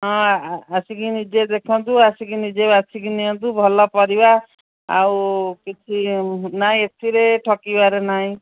ହଁ ଆସିକି ନିଜେ ଦେଖନ୍ତୁ ଆସିକି ନିଜେ ବାଛିକି ନିଅନ୍ତୁ ଭଲ ପରିବା ଆଉ କିଛି ନାଇଁ ଏଥିରେ ଠକିବାରେ ନାହିଁ